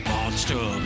Monster